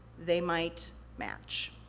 they might match.